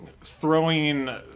throwing